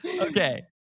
Okay